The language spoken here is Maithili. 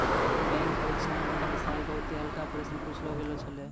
बैंक परीक्षा म है साल बहुते हल्का प्रश्न पुछलो गेल छलै